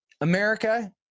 america